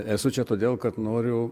esu čia todėl kad noriu